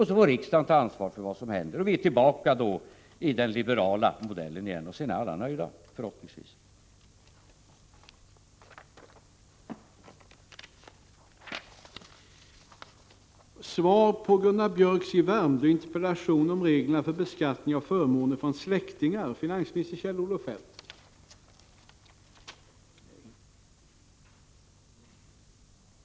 Så får riksdagen ta ansvar för vad som händer; vi är tillbaka i den liberala modellen, och alla är förhoppningsvis nöjda.